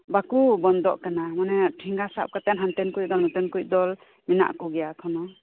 ᱵᱟᱠᱚ ᱵᱚᱱᱫᱚᱜ ᱠᱟᱱᱟ ᱢᱟᱱᱮ ᱴᱷᱮᱸᱜᱟ ᱥᱟᱵ ᱠᱟᱛᱮᱫ ᱦᱟᱱᱛᱮᱱ ᱠᱚᱭᱤᱡ ᱫᱚᱞ ᱱᱚᱛᱮᱱ ᱠᱚᱭᱤᱡ ᱫᱚᱞ ᱢᱮᱱᱟᱜ ᱠᱚᱜᱮᱭᱟ ᱮᱠᱷᱚᱱᱚ